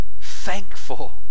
thankful